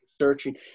Searching